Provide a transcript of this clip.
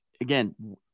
again